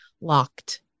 locked